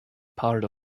part